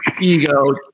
Ego